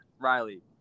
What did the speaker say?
Riley